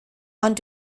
ond